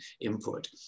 input